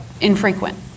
infrequent